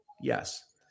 Yes